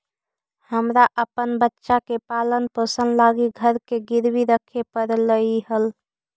हमरा अपन बच्चा के पालन पोषण लागी घर के गिरवी रखे पड़लई हल